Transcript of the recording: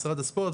משרד הספורט,